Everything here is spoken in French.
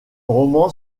roman